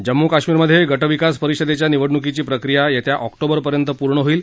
जम्मू कश्मिरमधे गट विकास परिषदेच्या निवडणूकीची प्रक्रिया येत्या ऑक्टोबरपर्यंत पूर्ण होईल